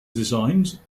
designs